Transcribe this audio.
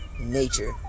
nature